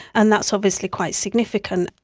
and that's obviously quite significant.